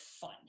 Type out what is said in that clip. fun